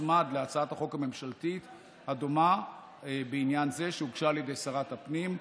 שתוצמד להצעת החוק הממשלתית הדומה בעניין זה שהוגשה על ידי שרת הפנים.